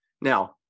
Now